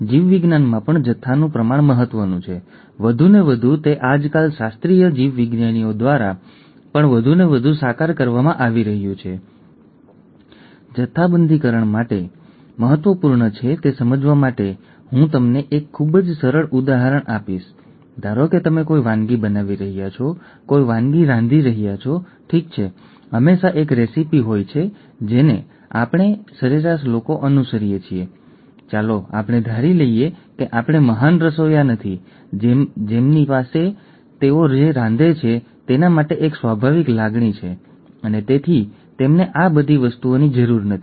આનુવંશિક અથવા જનીન ઉપચારનું કંઈક વચન છે તે છે તે છે તેનો અભ્યાસ ઘણા લાંબા સમયથી કરવામાં આવ્યો છે તેને કેટલીક સફળતાઓ મળી છે પરંતુ મને લાગે છે કે તે સારી સ્વીકૃતિના તબક્કે પહોંચે તે પહેલાં તેને થોડા વિકાસની જરૂર છે